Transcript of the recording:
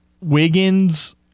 Wiggins